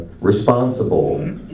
responsible